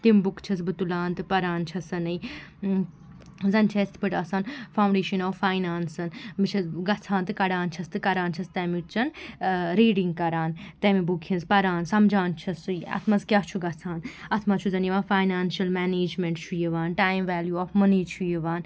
تِم بُکہٕ چھیٚس بہٕ تُلان تہٕ پَران چھیٚس ٲں زَن چھِ اسہِ یِتھ پٲٹھۍ آسان فاونٛڈیشَن آف فاینانٕس بہٕ چھیٚس گژھان تہٕ کَڑان چھیٚس تہٕ کَران چھیٚس تَمِچۍ ٲں ریٖڈِنٛگ کَران تَمہِ بُکہِ ہِنٛز پَران سَمجھان چھیٚس سُے اَتھ منٛز کیٛاہ چھُ گژھان اَتھ منٛز چھُ زَن یِوان فاینانشَل منیجمیٚنٛٹ چھُ یِوان ٹایِم ویلیٛوٗ آف موٚنی چھُ یِوان